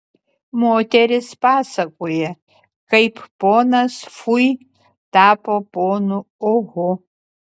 moterys pasakoja kaip ponas fui tapo ponu oho